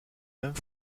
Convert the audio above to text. mêmes